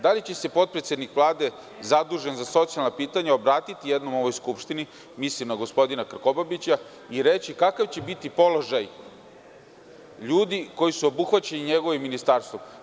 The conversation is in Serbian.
Da li će se potpredsednik Vlade zadužen za socijalna pitanja obratiti jednom ovoj skupštini, mislim na gospodina Krkobabića, i reći kakav će biti položaj ljudi koji su obuhvaćeni njegovim ministarstvom?